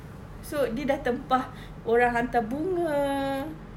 so dia sudah tempah orang hantar bunga